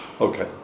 Okay